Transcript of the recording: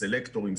סלקטורים,